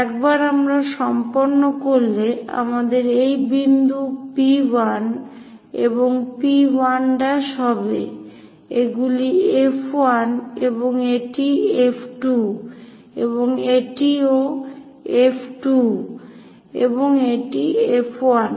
একবার আমরা সম্পন্ন করলে আমাদের এই বিন্দু P1 এবং P 1' হবে এগুলি F 1 এবং এটি F2 এবং এটি ও F2 এবং এটি F 1